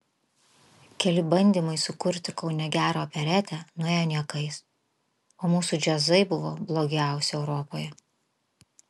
keli bandymai sukurti kaune gerą operetę nuėjo niekais o mūsų džiazai buvo blogiausi europoje